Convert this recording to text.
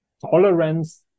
tolerance